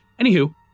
Anywho